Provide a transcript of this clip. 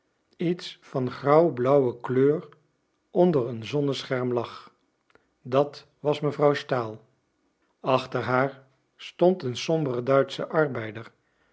iets van grauwblauwe kleur onder een zonnescherm lag dat was mevrouw stahl achter haar stond een sombere duitsche arbeider